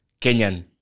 Kenyan